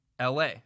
LA